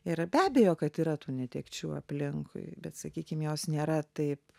ir be abejo kad yra tų netekčių aplinkui bet sakykim jos nėra taip